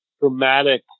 dramatic